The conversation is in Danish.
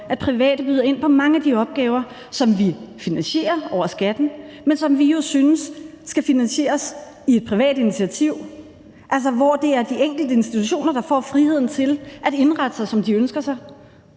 at private byder ind på mange af de opgaver, som finansieres over skatten, men som vi jo synes skal finansieres i et privat initiativ, altså hvor det er de enkelte institutioner, der får friheden til at indrette sig, som de ønsker sig,